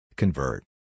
Convert